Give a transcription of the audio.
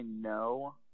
no